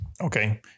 Okay